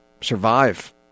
survive